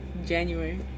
January